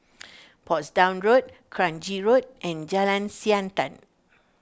Portsdown Road Kranji Road and Jalan Siantan